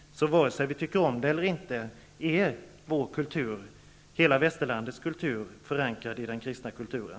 Vare sig vi tycker om det eller inte är hela västerlandets kultur förankrad i den kristna kulturen.